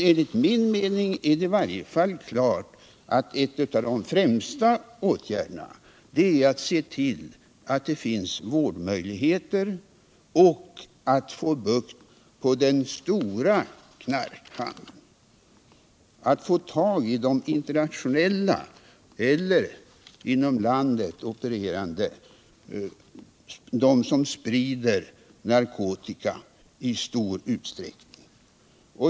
Enligt min mening är det i varje fall klart att en av de främsta åtgärderna är att se till att det finns vårdmöjligheter och möjligheter att få bukt med den stora knarkhandeln, att få tag i de internationella knarkhandlarna eller dem inom landet som sprider narkotika i stor utsträckning.